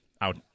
out